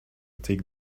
take